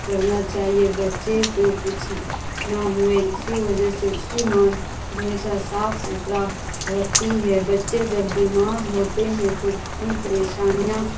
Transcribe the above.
کرنا چاہیے بچے کو کچھ نہ ہوئے اسی وجہ سے اس کی ماں ہمیشہ صاف ستھرا رکھتی ہے بچے جب بیمار ہوتے ہیں تو کتنی پریشانیاں